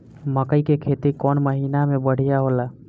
मकई के खेती कौन महीना में बढ़िया होला?